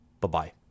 Bye-bye